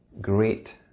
Great